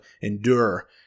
endure